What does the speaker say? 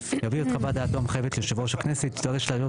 תפקידו יעביר את חוות דעתו המחייבת ליושב ראש הכנסת שיידרש להעלות